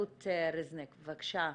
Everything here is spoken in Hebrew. רות רזניק, בבקשה.